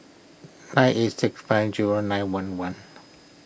nine eight six five zero nine one one